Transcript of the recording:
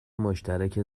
مشترک